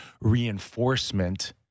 reinforcement